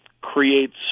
creates